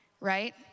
right